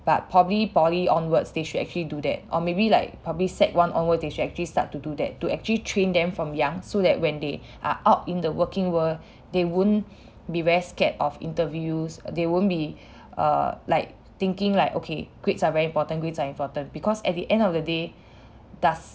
but probably poly onwards they should actually do that or maybe like public sec one onward they should actually start to do that to actually train them from young so that when they are out in the working world they won't be very scared of interviews they won't be err like thinking like okay grades are very important grades are important because at the end of the day does